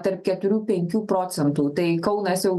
tarp keturių penkių procentų tai kaunas jau